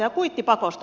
ja kuittipakosta